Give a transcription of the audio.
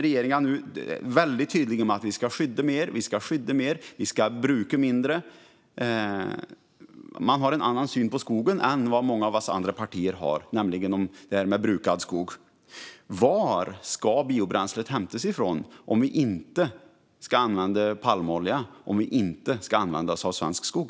Regeringen är nu väldigt tydlig med att vi ska skydda mer och bruka mindre. Man har en annan syn på den brukade skogen än vad många av oss andra partier har. Var ska biobränslet hämtas ifrån om vi inte ska använda palmolja och om vi inte ska använda oss av svensk skog?